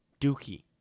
Dookie